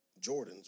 Jordans